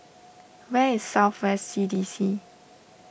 where is South West C D C